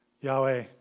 Yahweh